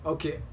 Okay